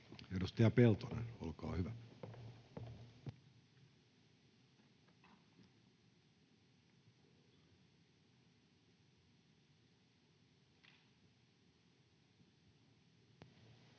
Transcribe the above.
Edustaja Peltonen, olkaa hyvä.